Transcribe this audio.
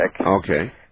Okay